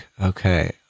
okay